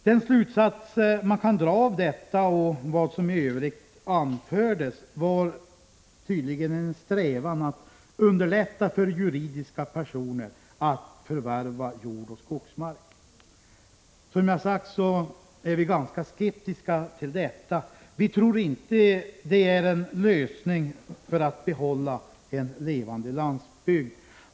Den slutsats man kan dra av detta och vad som i övrigt anförs var att regeringen har en strävan att underlätta för juridiska personer att förvärva jordoch skogsmark. Vi är, som jag har sagt, ganska skeptiska till detta. Vi tror inte att det är en lösning för att behålla en levande landsbygd.